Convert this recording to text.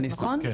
נכון?